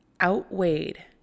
outweighed